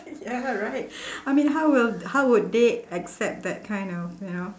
ya right I mean how will how would they accept that kind of you know